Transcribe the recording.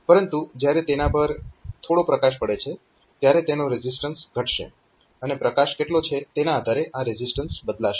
પરંતુ જ્યારે તેના પર થોડો પ્રકાશ પડે છે ત્યારે તેનો રેઝિસ્ટન્સ ઘટશે અને પ્રકાશ કેટલો છે તેના આધારે આ રેઝિસ્ટન્સ બદલાશે